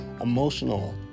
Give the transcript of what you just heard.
emotional